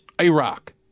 Iraq